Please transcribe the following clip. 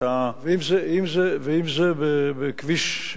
ואם זה בכביש,